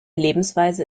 lebensweise